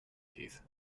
teeth